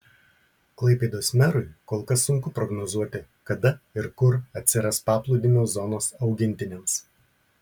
klaipėdos merui kol kas sunku prognozuoti kada ir kur atsiras paplūdimio zonos augintiniams